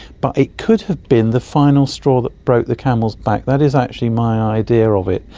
but it could have been the final straw that broke the camel's back. that is actually my idea of it.